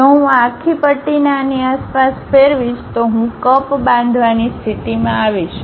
જો હું આ આખી પટ્ટીને આની આસપાસ ફેરવીશ તો હું કપ બાંધવાની સ્થિતિમાં આવીશ